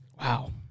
Wow